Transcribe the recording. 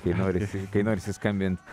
kai nori kai norisi skambint